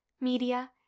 media